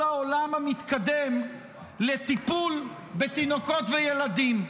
העולם המתקדם לטיפול בתינוקות וילדים.